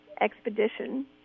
expedition